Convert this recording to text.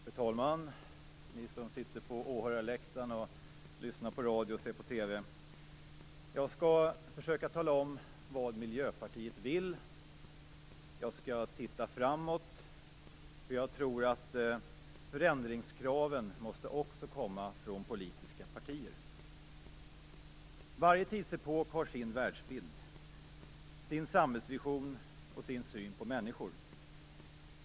Fru talman! Ni som sitter på åhörarläktaren, lyssnar på radio och ser på TV! Jag skall försöka tala om vad Miljöpartiet vill. Jag skall se framåt, därför att jag tror att förändringskraven också måste komma från politiska partier. Varje tidsepok har sin världsbild, sin samhällsvision och sin syn på människor.